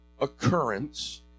occurrence